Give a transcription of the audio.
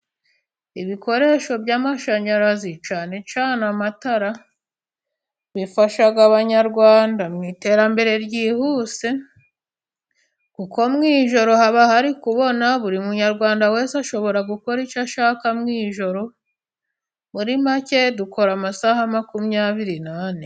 Ibikoresho by'amashanyarazi cyane cyane amatara, bifasha Abanyarwanda mu iterambere ryihuse kuko mu ijoro haba hari kubona, buri munyarwanda wese ashobora gukora icyo ashaka mu ijoro muri make dukora amasaha makumyabiri n'ane.